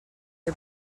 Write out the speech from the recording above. are